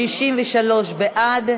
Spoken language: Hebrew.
63 בעד,